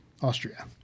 Austria